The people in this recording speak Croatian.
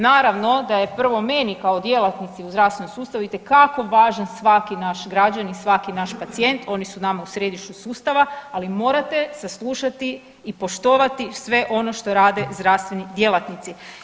Naravno da je prvo meni kao djelatnici u zdravstvenom sustavu itekako važan svaki naš građanin i svaki naš pacijent, oni su nama u središtu sustava, ali morate saslušati i poštovati sve ono što rade zdravstveni djelatnici.